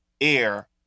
air